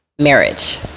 marriage